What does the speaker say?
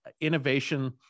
innovation